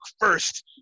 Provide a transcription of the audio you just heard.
first